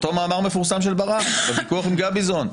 אותו מאמר מפורסם של ברק בוויכוח עם גביזון.